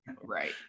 Right